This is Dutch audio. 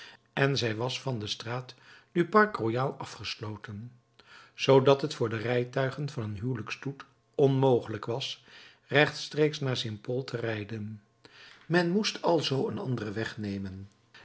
en zij was van de straat du parc royal afgesloten zoodat het voor de rijtuigen van een huwelijksstoet onmogelijk was rechtstreeks naar st paul te rijden men moest alzoo een anderen